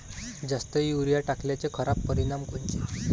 जास्त युरीया टाकल्याचे खराब परिनाम कोनचे?